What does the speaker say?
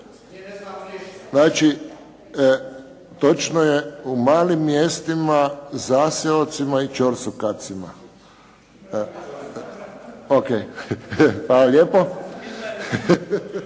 Znači, točno je u malim mjestima, zaseocima i ćorsokacima. Ok. Hvala lijepo.